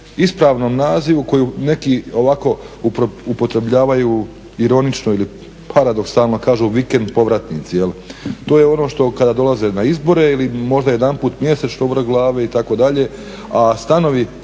ispravnom nazivu koji neki ovako upotrebljavaju ironično ili paradoksalno kažu vikend povratnici jel'. To je ono kada dolaze na izbore ili možda jedanput mjesečno u vrh glave itd.,